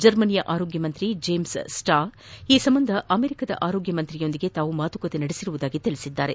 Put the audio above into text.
ಜರ್ಮನಿಯ ಆರೋಗ್ಯ ಸಚಿವ ಜೀಮ್ಸ್ ಸ್ವಾ ಈ ಸಂಬಂಧ ಅಮೆರಿಕದ ಆರೋಗ್ಯ ಸಚಿವರೊಂದಿಗೆ ತಾವು ಮಾತುಕತೆ ನಡೆಸಿರುವುದಾಗಿ ತಿಳಿಸಿದ್ದಾರೆ